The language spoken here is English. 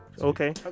Okay